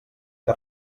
que